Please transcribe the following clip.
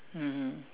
mmhmm